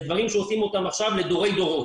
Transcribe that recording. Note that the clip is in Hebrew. אלה דברים שעושים אותם עכשיו לדורי דורות.